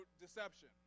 deception